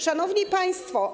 Szanowni Państwo!